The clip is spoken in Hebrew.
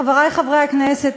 חברי חברי הכנסת,